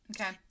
Okay